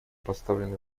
поставлены